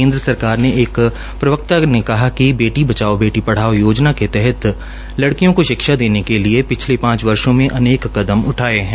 केन्द्र सरकार के एक प्रवक्ता ने कहा कि बेटी बचाओ बेटी पढ़ाओ योजना के तहत लड़कियों को शिक्षा देने के लिये पिछले पांच वर्षो में अनेक कदम उठाये है